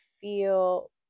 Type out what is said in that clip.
feel